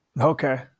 Okay